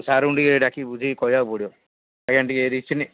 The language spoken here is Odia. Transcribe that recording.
ସାର୍ଙ୍କୁ ଟିକେ ଡାକିକି ବୁଝେଇକି କହିିବାକୁ ପଡ଼ିବ ଆଜ୍ଞା ଟିକେ